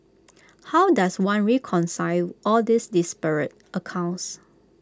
how does one reconcile all these disparate accounts